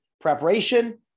preparation